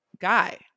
guy